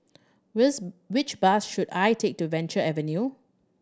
with which bus should I take to Venture Avenue